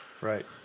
right